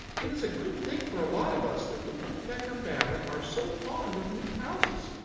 it is a good thing for a lot of us that the woodpecker family are so fond of new houses.